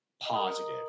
positive